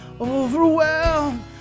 overwhelmed